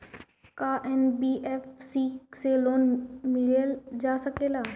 का एन.बी.एफ.सी से लोन लियल जा सकेला?